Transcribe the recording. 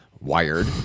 Wired